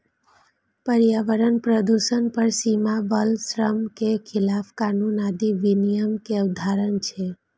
पर्यावरण प्रदूषण पर सीमा, बाल श्रम के खिलाफ कानून आदि विनियम के उदाहरण छियै